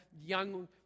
young